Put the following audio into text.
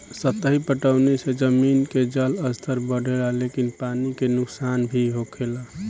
सतही पटौनी से जमीन के जलस्तर बढ़ेला लेकिन पानी के नुकसान भी होखेला